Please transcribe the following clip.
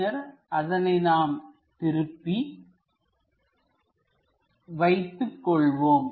பின்னர் அதனை நாம் திருப்பி வைத்துக் கொள்வோம்